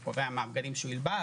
את הבגדים שהוא ילבש.